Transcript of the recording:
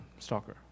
Stalker